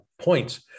points